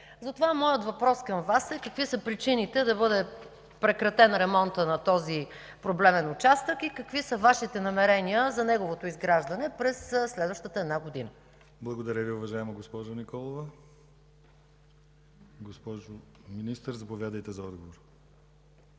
Затова моят въпрос към Вас е: какви са причините да бъде прекратен ремонтът на този проблемен участък и какви са Вашите намерения за неговото изграждане през следващата една година? ПРЕДСЕДАТЕЛ ДИМИТЪР ГЛАВЧЕВ: Благодаря Ви, уважаема госпожо Манолова. Госпожо Министър, заповядайте за отговор.